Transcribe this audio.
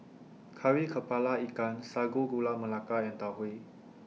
Kari Kepala Ikan Sago Gula Melaka and Tau Huay